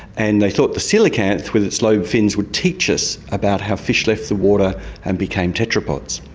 and they thought the coelacanth with its lobe fins would teach us about how fish left the water and became tetrapods.